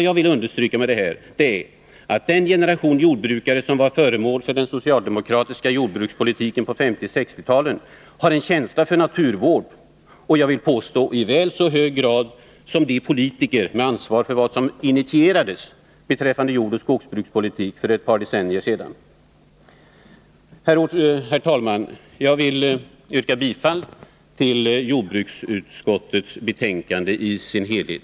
Jag ville med detta anförande understryka att den generation jordbrukare som var föremål för den socialdemokratiska jordbrukspolitiken på 1950 och 1960-talen har en känsla för naturvård, i väl så hög grad som de politiker som har ansvaret för vad som initierades beträffande jordbruksoch skogspolitiken för ett par decennier sedan. Herr talman! Jag vill yrka bifall till jordbruksutskottets hemställan i dess helhet.